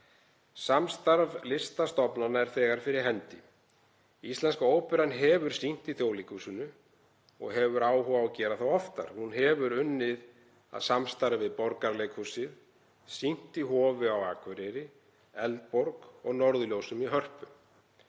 Samstarf listastofnana er þegar fyrir hendi. Íslenska óperan hefur sýnt í Þjóðleikhúsinu og hefur áhuga á að gera það oftar. Hún hefur unnið að samstarfi við Borgarleikhúsið, sýnt í Hofi á Akureyri, Eldborg og Norðurljósum í Hörpu.